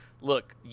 Look